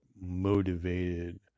motivated